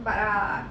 but ah